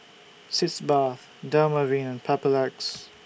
Sitz Bath Dermaveen and Papulex